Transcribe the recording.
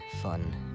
fun